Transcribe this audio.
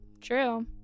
True